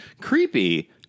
Creepy